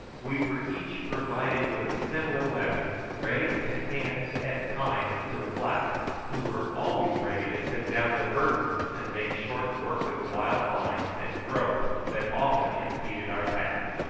we were each provided with a similar weapon, ready to hand at times to the blacks, who were always ready to set down their burdens and make short work of the wild vines and growth that often impeded our path.